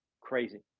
crazy